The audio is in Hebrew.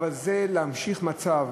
זה להמשיך מצב